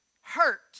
hurt